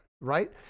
right